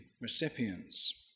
recipients